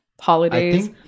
holidays